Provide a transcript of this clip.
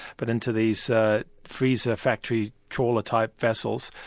but into these freezer factory trawler-type vessels,